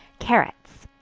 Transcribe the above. carrots.